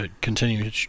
continue